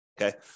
Okay